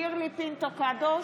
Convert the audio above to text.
שירלי פינטו קדוש,